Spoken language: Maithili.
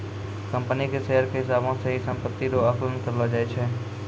कम्पनी के शेयर के हिसाबौ से ही सम्पत्ति रो आकलन करलो जाय छै